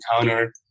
encounter